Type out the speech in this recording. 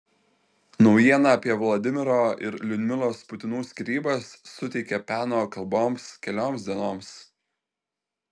naujiena apie vladimiro ir liudmilos putinų skyrybas suteikė peno kalboms kelioms dienoms